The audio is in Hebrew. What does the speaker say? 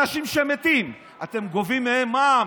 אנשים שמתים, אתם גובים מהם מע"מ.